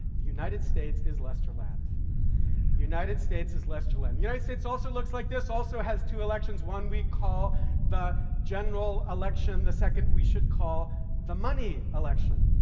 the united states is lesterland. the united states is lesterland. the united states also looks like this, also has two elections, one we called the general election, the second we should call the money election.